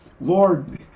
Lord